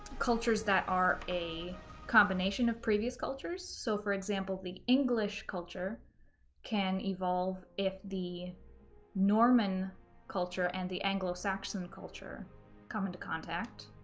cultures that are a combination of previous cultures so for example, the english culture can evolve if the norman culture and the anglo-saxon culture come into contact,